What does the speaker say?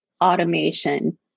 automation